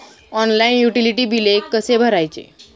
Online utility बिले कसे भरायचे?